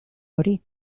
hori